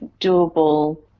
doable